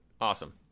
Awesome